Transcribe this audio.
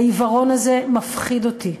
העיוורון הזה מפחיד אותי.